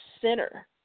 center